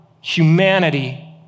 humanity